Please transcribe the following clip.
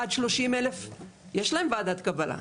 עד 30,000 יש להם ועדת קבלה.